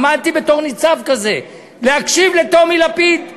עמדתי בתור ניצב כזה להקשיב לטומי לפיד.